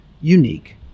unique